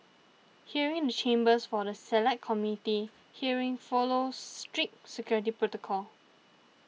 hearing the chambers for the Select Committee hearing follows strict security protocol